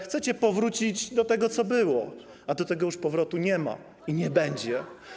Chcecie powrócić do tego, co było, a do tego już powrotu nie ma i nie będzie.